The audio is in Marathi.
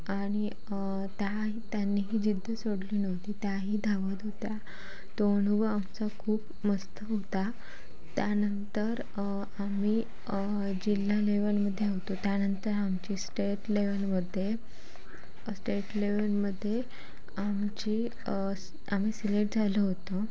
आणि त्या त्यांनी जिद्द सोडली नव्हती त्याही धावत होत्या तो अनुभव आमचा खूप मस्त होता त्यानंतर आम्ही जिल्हा लेवलमध्ये होतो त्यानंतर आमची स्टेट लेवलमध्ये स्टेट लेवलमध्ये आमची आम्ही सिलेक्ट झालो होतो